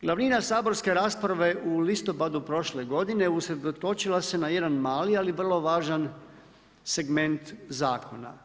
Glavina saborske rasprave u listopadu prošle godine usredotočila se na jedan mali, ali vrlo važan segment zakona.